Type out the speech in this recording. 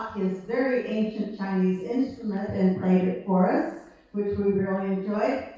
very ancient chinese instrument and played it for us, which we really enjoyed.